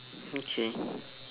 okay